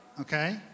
Okay